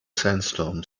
sandstorm